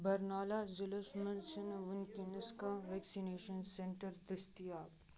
برنالہ ضلعس مَنٛز چھِ نہٕ وُنکیٚنَس کانٛہہ ویکسِنیشن سینٹر دٔستِیاب